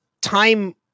time